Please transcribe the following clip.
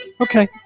okay